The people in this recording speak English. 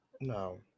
No